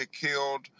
killed